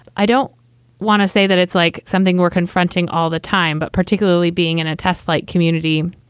i don't want to say that it's like something we're confronting all the time, but particularly being in a test flight community.